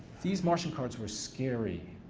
these martian cards were scary,